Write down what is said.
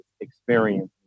experience